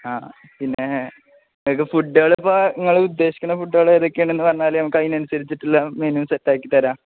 ആ പിന്നെ നിങ്ങള്ക്ക് ഫുഡുകള് ഇപ്പോള് നിങ്ങള് ഉദ്ദേശിക്കുന്ന ഫുഡുകള് ഏതൊക്കെയാണെന്ന് പറഞ്ഞാല് നമുക്ക് അതിനനുസരിച്ചിട്ടുള്ള മെനു സെറ്റാക്കിത്തരാം